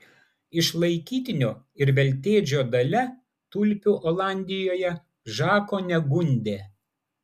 išlaikytinio ir veltėdžio dalia tulpių olandijoje žako negundė